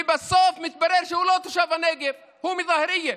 ובסוף מתברר שהוא לא תושב הנגב, הוא מדאהרייה,